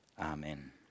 Amen